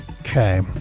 Okay